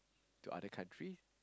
to other country